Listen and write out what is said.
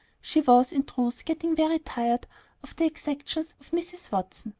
she was, in truth, getting very tired of the exactions of mrs. watson.